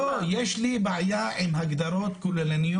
יש לי בעיה עם הגדרות כוללניות.